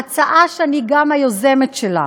הצעה שאני גם היוזמת שלה.